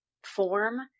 form